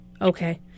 Okay